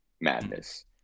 madness